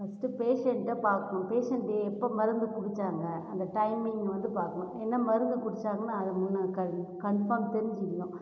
first பேஷண்ட்டை பார்க்கணும் patient எப்போது மருந்து குடித்தாங்க அந்த டைமிங் வந்து பார்க்கணும் என்ன மருந்து குடித்தாங்கனு அதை மொதல் கன்ஃபாம் தெரிஞ்சுக்குணும்